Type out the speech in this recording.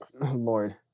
lord